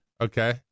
Okay